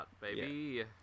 baby